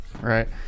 Right